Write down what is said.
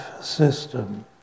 system